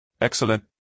Excellent